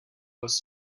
was